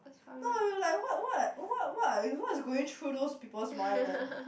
no you like what what what what what's going through those people's mind